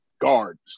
guards